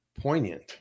poignant